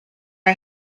are